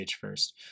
first